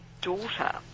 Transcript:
daughter